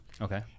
okay